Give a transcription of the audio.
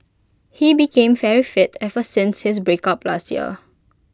he became very fit ever since his breakup last year